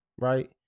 Right